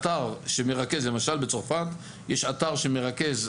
למשל בצרפת יש אתר שמרכז.